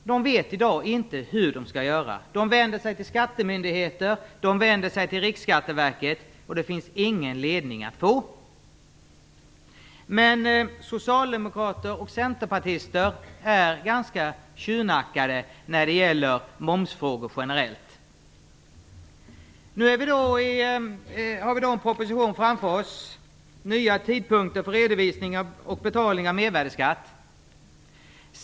De vet i dag inte hur de skall göra. De vänder sig till skattemyndigheter, och de vänder sig till Riksskatteverket, men det finns ingen ledning att få. Men socialdemokrater och centerpartister är ganska tjurnackade när det gäller momsfrågor generellt. Nu har vi en proposition framför oss om nya tidpunkter för redovisning och betalning av mervärdesskatt.